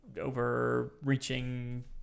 overreaching